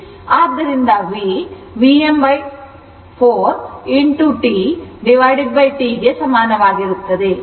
ಆದ್ದರಿಂದ v Vm T 4 T ಗೆ ಸಮಾನವಾಗಿರುತ್ತದೆ